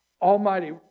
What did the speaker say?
almighty